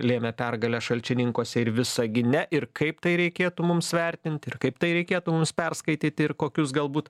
lėmė pergalę šalčininkuose ir visagine ir kaip tai reikėtų mums vertint ir kaip tai reikėtų mums perskaityti ir kokius galbūt